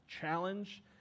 challenge